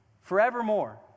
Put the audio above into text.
Forevermore